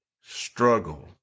struggle